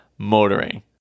Motoring